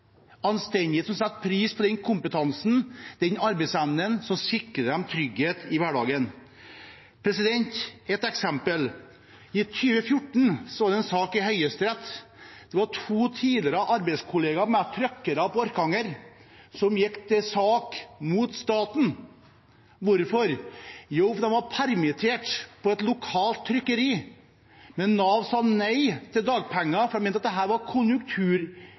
som setter pris på deres kompetanse og arbeidsevne, og som sikrer dem trygghet i hverdagen. Et eksempel: I 2014 var det en sak i Høyesterett. Det var to tidligere arbeidskolleger av meg, trucksjåfører fra Orkanger, som gikk til sak mot staten. Hvorfor gjorde de det? Jo, fordi de ble permittert fra et lokalt trykkeri og Nav sa nei til dagpenger fordi de mente at dette var